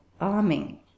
arming